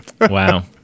Wow